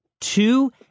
Two